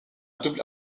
double